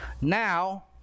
Now